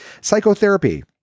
psychotherapy